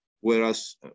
Whereas